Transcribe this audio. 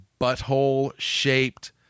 butthole-shaped